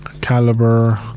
Caliber